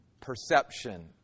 Perception